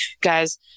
Guys